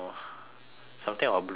something about blue cheese